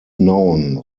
known